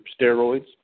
steroids